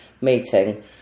meeting